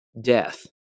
death